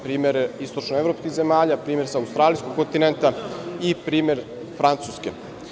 Primere istočno-evropskih zemalja, primer sa australijskog kontinenta i primer Francuske.